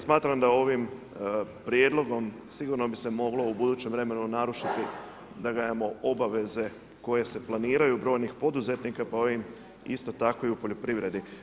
Smatram da ovim prijedlogom sigurno bi se moglo u budućem vremenu narušiti obaveze koje se planiraju brojnih poduzetnika pa ovim isto tako i u poljoprivredi.